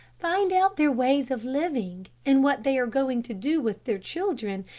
find out their ways of living, and what they are going to do with their children,